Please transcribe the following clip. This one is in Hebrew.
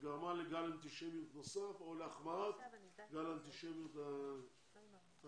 גרמה לגל אנטישמיות נוסף או להחמרת גל האנטישמיות שהיה